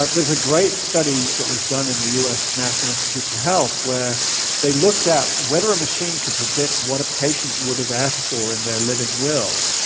ah there's a great study that was done in the us national institute of so health where they looked at whether a machine could predict what a patient would have asked for in their living will,